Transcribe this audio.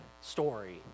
story